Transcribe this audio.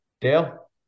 Dale